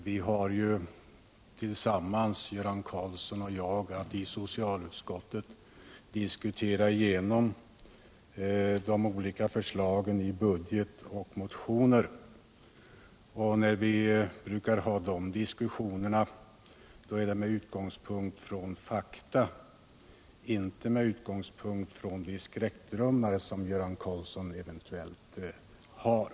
Göran Karlsson och jag har att tillsammans i socialutskottet diskutera igenom de olika förslagen i budgetproposition och motioner, och då för vi diskussionerna med utgångspunkt i fakta, inte med utgångspunkt i de skräckdrömmar som Göran Karlsson eventuellt har.